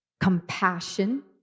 compassion